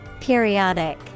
Periodic